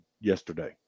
yesterday